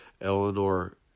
eleanor